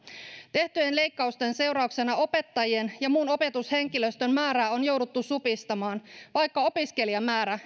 tehtyjen leikkausten seurauksena opettajien ja muun opetushenkilöstön määrää on jouduttu supistamaan vaikka opiskelijamäärä